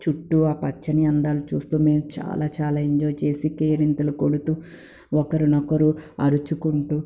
చుట్టూ ఆ పచ్చని అందాలు చూస్తూ మేము చాలా చాలా ఎంజాయ్ చేసి కేరింతలు కొడుతు ఒకరినొకరు అరుచుకుంటు